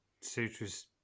Sutra's